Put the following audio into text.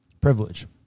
Privilege